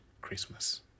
Christmas